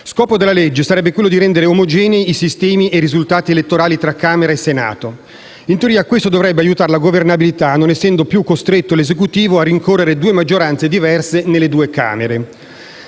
scopo della legge sarebbe quello di rendere omogenei i sistemi e i risultati elettorali tra Camera e Senato. In teoria questo dovrebbe aiutare la governabilità, non essendo più costretto l'Esecutivo a rincorrere due maggioranze diverse nelle due Camere.